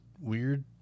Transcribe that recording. weird